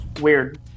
weird